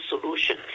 solution